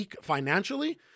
financially